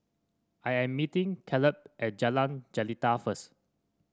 I am meeting Kaleb at Jalan Jelita first